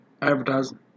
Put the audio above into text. Advertising